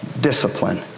discipline